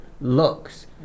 looks